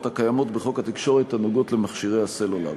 הקיימות בחוק התקשורת הנוגעות למכשירי הסלולר,